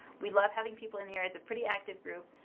we love having people in here, it's a pretty active group,